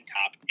top